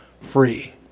free